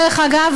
דרך אגב,